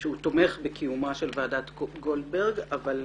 שהוא תומך בקיומה של ועדת גולדברג, אבל